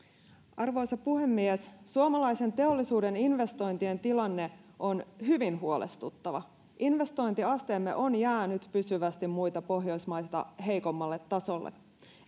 arvoisa puhemies suomalaisen teollisuuden investointien tilanne on hyvin huolestuttava investointiasteemme on jäänyt pysyvästi muita pohjoismaita heikommalle tasolle